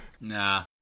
Nah